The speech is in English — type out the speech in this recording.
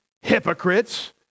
hypocrites